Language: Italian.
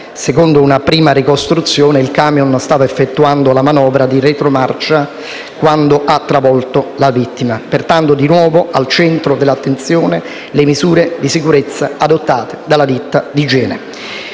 Secondo una prima ricostruzione, il camion stava effettuando la manovra di retromarcia quando ha travolto la vittima. Pertanto, di nuovo al centro dell'attenzione vi sono le misure di sicurezza adottate dalla ditta di igiene.